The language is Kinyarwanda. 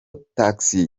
taxi